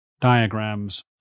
diagrams